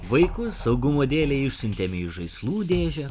vaikus saugumo dėlei išsiuntėme į žaislų dėžę